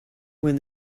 when